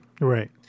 Right